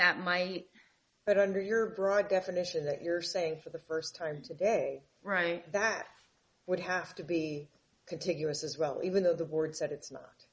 that my but under your broad definition that you're saying for the first time today right that would have to be contiguous as well even though the board said it's not